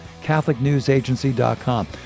catholicnewsagency.com